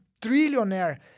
trillionaire